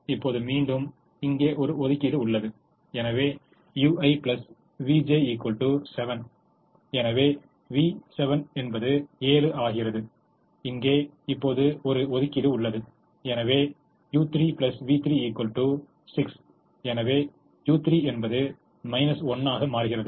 இப்போது மீண்டும் இங்கே ஒரு ஒதுக்கீடு உள்ளது எனவே u1 v3 7 எனவே v3 என்பது 7 ஆகிறது இப்போது இங்கே ஒரு ஒதுக்கீடு உள்ளது எனவே u3 v3 6 எனவே u3 என்பது 1 ஆக மாறுகிறது